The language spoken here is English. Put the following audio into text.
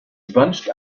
bunched